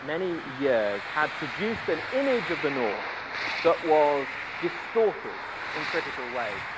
many years have produced an image of the north that was distorted in critical ways.